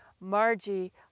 Margie